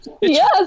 Yes